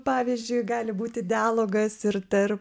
pavyzdžiui gali būti dialogas ir tarp